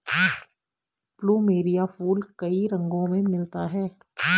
plumeria फूल कई रंगो में मिलता है